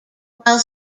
while